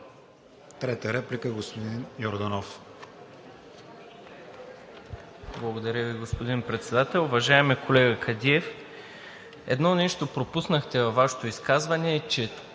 Трета реплика – господин Йорданов,